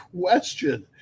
question